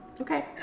Okay